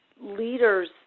leaders